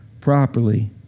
properly